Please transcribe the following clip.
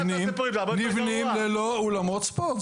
בתי ספר נבנים ללא אולמות ספורט.